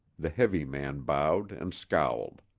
the heavy man bowed and scowled.